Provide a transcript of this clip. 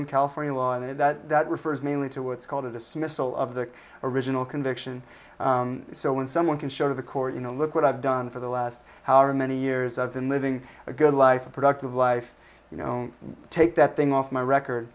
in california law and that that refers mainly to what's called a dismissal of the original conviction so when someone can show to the court you know look what i've done for the last however many years i've been living a good life a productive life you know take that thing off my record